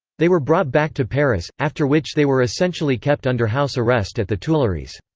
they were brought back to paris, after which they were essentially kept under house arrest at the tuileries.